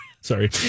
sorry